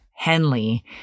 Henley